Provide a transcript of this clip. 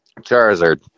Charizard